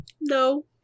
No